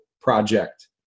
project